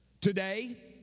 Today